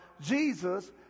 Jesus